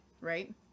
right